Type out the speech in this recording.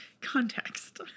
context